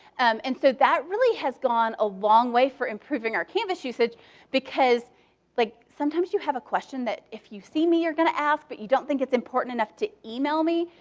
and so that really has gone a long way for improving our canvas usage because like sometimes you have a question that if you see me you're going to ask, but you don't think it's important enough to email me.